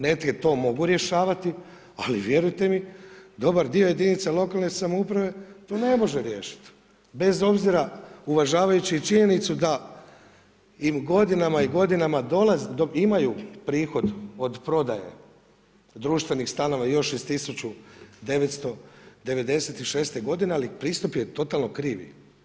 Negdje to mogu rješavati, ali vjerujte mi dobar dio jedinica lokalne samouprave to ne može riješiti bez obzira uvažavajući i činjenicu da i godinama i godinama dolazi do, imaju prihod od prodaje društvenih stanova još iz 1996. godine, ali pristup je totalno krivi.